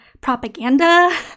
propaganda